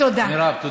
תודה, מירב.